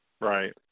Right